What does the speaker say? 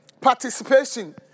participation